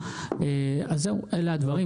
אלה הדברים.